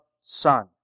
Son